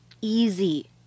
easy